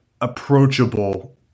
approachable